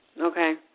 Okay